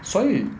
所以